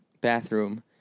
bathroom